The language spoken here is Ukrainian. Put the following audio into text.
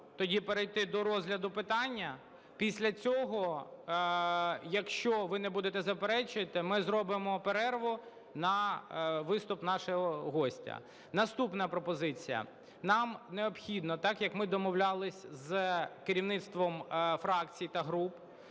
тоді перейти до розгляду питання. Після цього, якщо ви не будете заперечувати, ми зробимо перерву на виступ нашого гостя. Наступна пропозиція. Нам необхідно так, як ми домовлялись з керівництвом фракцій та груп,